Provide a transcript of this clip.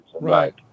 Right